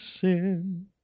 sin